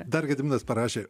dar gediminas parašė